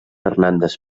hernández